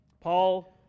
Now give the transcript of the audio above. Paul